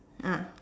ah